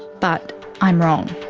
but i'm wrong.